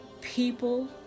people